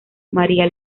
maría